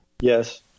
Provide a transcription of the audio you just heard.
Yes